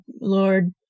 Lord